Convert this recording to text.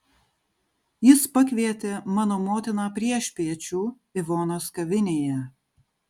jis pakvietė mano motiną priešpiečių ivonos kavinėje